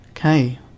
Okay